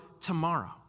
tomorrow